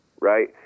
right